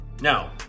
now